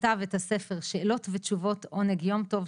כתב את הספר שאלות ותשובות עונג יום טוב,